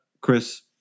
Chris